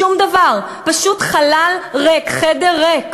שום דבר, פשוט חלל ריק, חדר ריק.